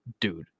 Dude